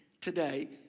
today